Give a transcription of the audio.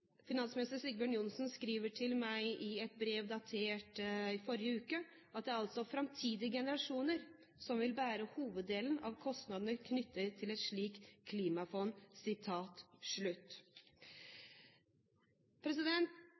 Finansminister Sigbjørn Johnsen skriver til meg i et brev datert i forrige uke at det er «framtidige generasjoner som vil bære hoveddelen av kostnadene knyttet til et slikt klimafond».